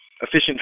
efficient